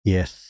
Yes